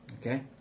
Okay